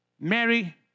Mary